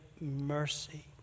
mercy